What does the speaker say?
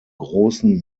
großen